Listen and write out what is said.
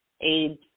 aids